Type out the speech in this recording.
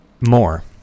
More